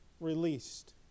released